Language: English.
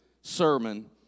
sermon